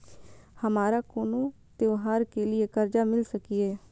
हमारा कोनो त्योहार के लिए कर्जा मिल सकीये?